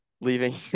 leaving